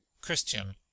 CHRISTIAN